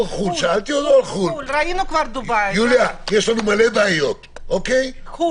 יש לנו מלא בעיות --- חו"ל.